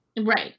Right